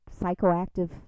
psychoactive